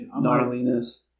gnarliness